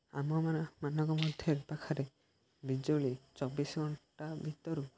ଆମ ମାନଙ୍କ ମଧ୍ୟରେ ପାଖରେ ବିଜୁଳି ଚବିଶ ଘଣ୍ଟା ଭିତରୁ